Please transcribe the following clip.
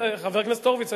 חבר הכנסת הורוביץ,